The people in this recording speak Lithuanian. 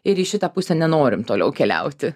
ir į šitą pusę nenorim toliau keliauti